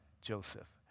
Joseph